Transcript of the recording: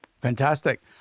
Fantastic